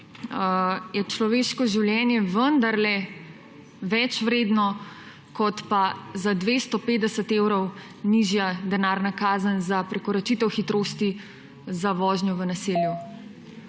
je človeško življenje vendarle več vredno, kot pa za 250 evrov nižja denarna kazen za prekoračitev hitrosti za vožnjo v naselju.